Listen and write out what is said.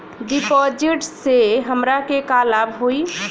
डिपाजिटसे हमरा के का लाभ होई?